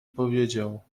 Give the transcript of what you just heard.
powiedział